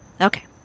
Okay